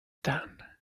done